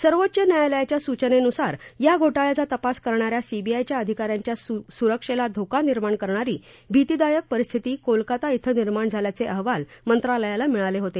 सर्वोच्च न्यायालयाच्या सूचनेनुसार या घोटाळ्याचा तपास करणा या सीबीआयच्या अधिका यांच्या सुरक्षेला धोका निर्माण करणारी भीतीदायक परिस्थिती कोलकाता क्विं निर्माण झाल्याचे अहवाल मंत्रालयाला मिळाले होते